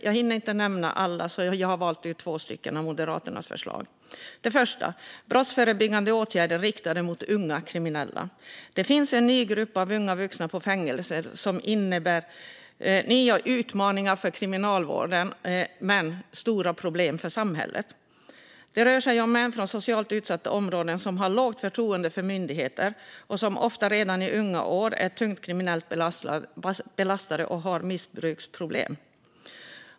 Jag hinner inte nämna alla utan har valt ut två av Moderaternas förslag. Det första handlar om brottsförebyggande åtgärder riktade mot unga kriminella. Det finns en ny grupp av unga vuxna på fängelserna som innebär nya utmaningar för kriminalvården men stora problem för samhället. Det rör sig om män från socialt utsatta områden som har lågt förtroende för myndigheter och ofta redan i unga år är tungt kriminellt belastade och har missbruksproblem.